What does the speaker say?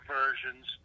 versions